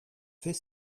fais